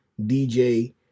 DJ